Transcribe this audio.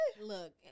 look